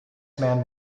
man